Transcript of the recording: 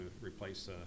replace